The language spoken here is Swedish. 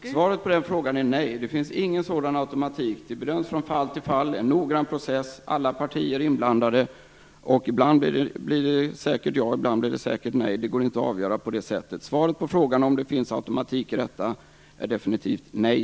Fru talman! Svaret på den frågan är nej. Det finns ingen sådan automatik. Det bedöms från fall till fall. Det är en noggrann process där alla partier är inblandade. Ibland blir det säkert ja, ibland blir det säkert nej. Det går inte att avgöra på det sättet. Svaret på frågan om huruvida det finns automatik i detta är definitivt nej.